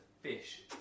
fish